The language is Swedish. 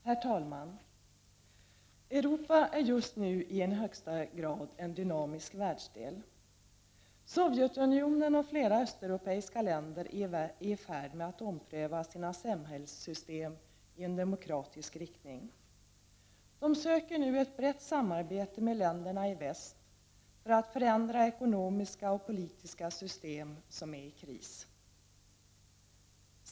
Herr talman! Europa är just nu i högsta grad en dynamisk världsdel. Sovjetunionen och flera östeuropeiska länder är i färd med att ompröva sina samhällssystem i en demokratisk riktning. De söker nu ett brett samarbete med länderna i väst för att förändra ekonomiska och politiska system som är i kris.